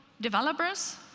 developers